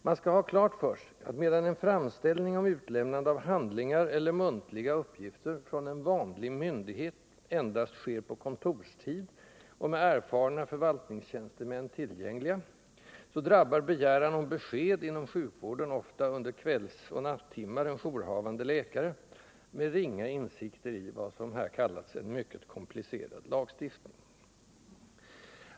Man skall ha klart för sig, att medan en framställning om utlämnande av handlingar, eller muntliga uppgifter, från en vanlig ”myndighet” endast sker på kontorstid och med erfarna förvaltningstjänstemän tillgängliga, drabbar begäran om besked inom sjukvården ofta under kvällseller nattimmar en jourhavande läkare, med ringa insikter i vad som här kallats en ”mycket komplicerad lagstiftning”.